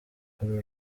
uru